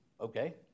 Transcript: Okay